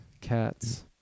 Cats